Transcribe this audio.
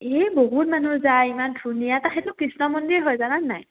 এই বহুত মানুহ যায় ইমান ধুনীয়া তা সেইটো কৃষ্ণ মন্দিৰ হয় জানানে নাই